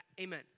Amen